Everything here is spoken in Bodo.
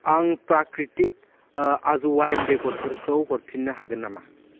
आं प्राकृतिक आजवाइन बेगरफोरखौ हरफिन्नो हागोन नामा